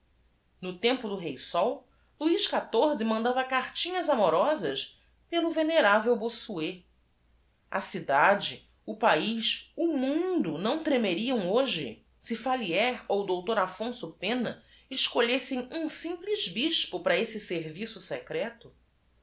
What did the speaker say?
o tempo do ei ol u i z mandava cartinhas amorosas pelo veneravel ossuet cidade o paiz o mundo não tremei i a m hoje i se allires ou o r fíbnso enua escolhessem um simples bispo para esse serviço secreto